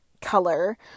color